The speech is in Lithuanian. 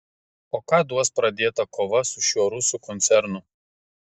o ką duos pradėta kova su šiuo rusų koncernu